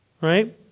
right